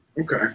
Okay